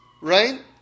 right